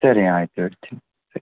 ಸರಿ ಆಯಿತು ಇಡ್ತೀನಿ ಸರಿ